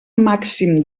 màxim